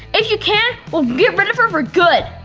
if you can, we'll get rid of her for good!